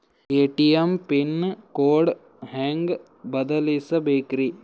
ATM pin code ಹೆಂಗ್ ಬದಲ್ಸ್ಬೇಕ್ರಿ?